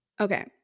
okay